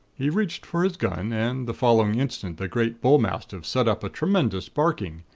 he reached for his gun, and the following instant the great bullmastiff set up a tremendous barking,